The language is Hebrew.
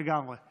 לגמרי, לגמרי.